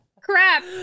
Crap